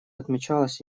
отмечалось